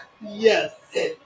Yes